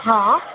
हा